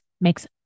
makes